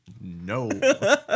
No